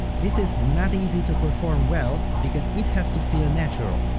this is not easy to perform well because it has to feel natural,